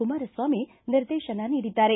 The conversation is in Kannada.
ಕುಮಾರಸ್ವಾಮಿ ನಿರ್ದೇಶನ ನೀಡಿದ್ದಾರೆ